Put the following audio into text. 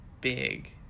big